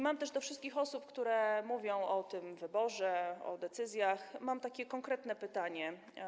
Mam też do wszystkich osób, które mówią o tym wyborze, o decyzjach, konkretne pytanie.